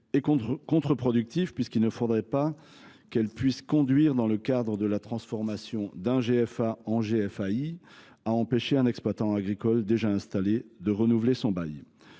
Contre productive, puisqu’il ne faudrait pas qu’elle puisse conduire, dans le cadre de la transformation d’un GFA en GFAI, à empêcher un exploitant agricole déjà installé de renouveler son bail.